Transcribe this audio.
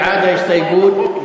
בעד ההסתייגות.